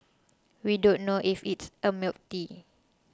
we don't know if it's a milk tea